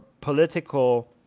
political